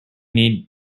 need